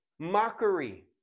mockery